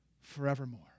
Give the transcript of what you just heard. forevermore